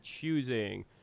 choosing